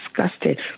disgusted